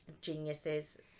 geniuses